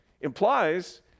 implies